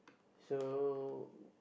so